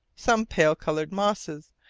some pale-coloured mosses,